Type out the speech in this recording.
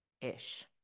ish